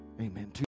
Amen